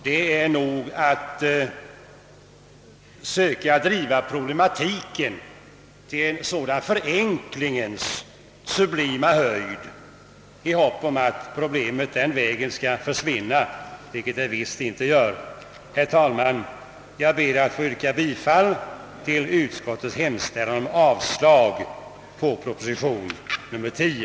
Det är nog att söka driva problematiken till en förenklingens sublima höjd i hopp om att problemet den vägen skall försvinna, vilket det visst inte gör. Herr talman! Jag ber att få yrka bifall till utskottets hemställan om avslag på proposition nr 10.